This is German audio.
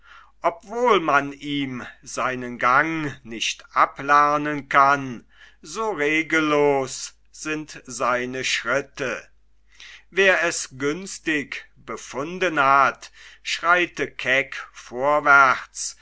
obwohl man ihm seinen gang nicht ablernen kann so regellos sind seine schritte wer es günstig befunden hat schreite keck vorwärts